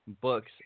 books